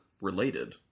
related